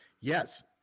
Yes